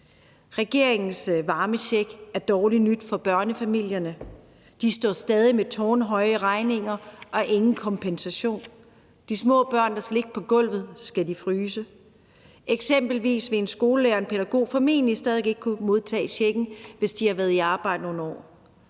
Regeringens varmecheck er dårligt nyt for børnefamilierne; de står stadig med tårnhøje regninger og ingen kompensation. Skal de små børn, der ligger på gulvet, fryse? Eksempelvis vil en skolelærer og en pædagog formentlig stadig ikke kunne modtage checken, hvis de har været i arbejde i nogle år.